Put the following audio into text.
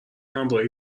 همراهی